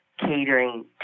catering